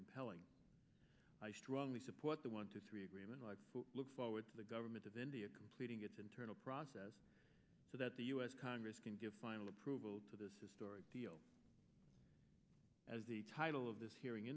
compelling i strongly support the want to see agreement look forward to the government of india completing its internal process so that the us congress can give final approval to this historic deal as the title of this hearing